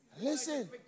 Listen